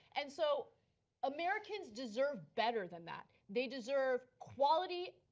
and so americans deserve better than that, they deserve quality,